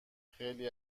خیلی